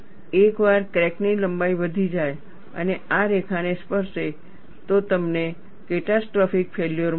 એકવાર ક્રેકની લંબાઈ વધી જાય અને આ રેખાને સ્પર્શે તો તમને કેટાસ્ટ્રોફીક ફેલ્યોર મળશે